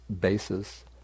bases